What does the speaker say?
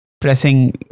pressing